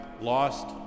lost